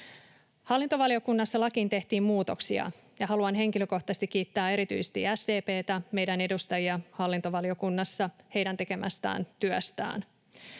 Hallintovaliokunnassa lakiin tehtiin muutoksia, ja haluan henkilökohtaisesti kiittää erityisesti SDP:tä, meidän edustajiamme hallintovaliokunnassa heidän tekemästään työstä.